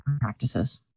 practices